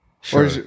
Sure